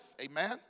Amen